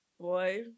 Boy